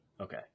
Okay